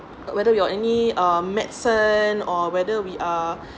whether you are any uh medicine or whether we are